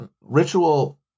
ritual